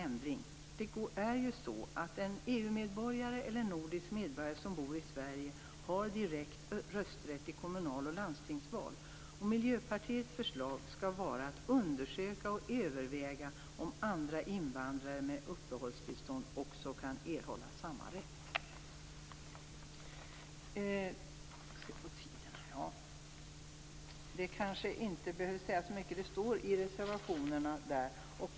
En EU-medborgare eller en nordisk medborgare som bor i Sverige har direkt rösträtt i kommunal och landstingsval, och Miljöpartiets förslag skall ha följande lydelse: att undersöka och överväga om andra invandrare med uppehållstillstånd också kan erhålla samma rätt. Jag behöver inte närmare gå in på reservationernas innehåll.